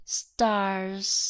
stars